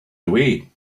away